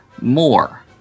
more